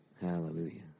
Hallelujah